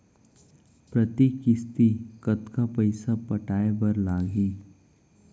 प्रति किस्ती कतका पइसा पटाये बर लागही?